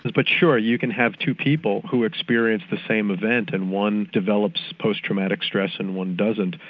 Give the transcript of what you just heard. but, sure, you can have two people who experience the same event and one develops post-traumatic stress and one doesn't.